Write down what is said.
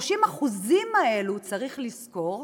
ה-30% האלה, צריך לזכור,